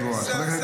מה שקר?